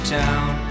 town